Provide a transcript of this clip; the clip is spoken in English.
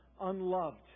unloved